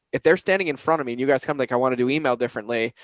if they're standing in front of me and you guys come, like, i want to do email differently.